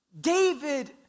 David